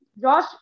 Josh